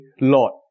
Lord